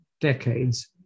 decades